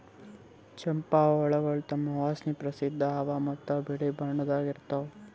ಚಂಪಾ ಹೂವುಗೊಳ್ ತಮ್ ವಾಸನೆಗಾಗಿ ಪ್ರಸಿದ್ಧ ಅವಾ ಮತ್ತ ಬಿಳಿ ಬಣ್ಣದಾಗ್ ಇರ್ತಾವ್